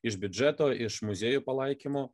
iš biudžeto iš muziejų palaikymo